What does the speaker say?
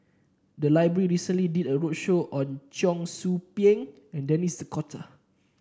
the library recently did a roadshow on Cheong Soo Pieng and Denis Cotta